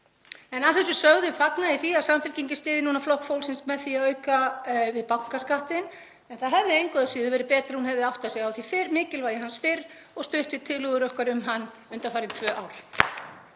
En að þessu sögðu þá fagna ég því að Samfylkingin styðji núna Flokk fólksins með því að auka við bankaskattinn en það hefði engu að síður verið betra að hún hefði áttað sig á mikilvægi hans fyrr og stutt við tillögur okkar um hann undanfarin tvö ár.